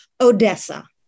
Odessa